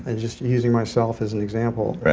and just using myself as an example.